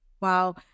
Wow